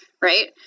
right